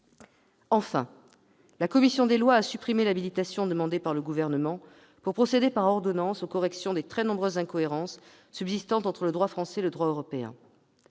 Enfin, la commission des lois a supprimé l'habilitation demandée par le Gouvernement pour procéder par ordonnance aux corrections des très nombreuses incohérences subsistant entre le droit français et le droit européen.